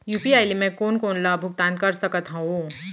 UPI ले मैं कोन कोन ला भुगतान कर सकत हओं?